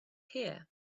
here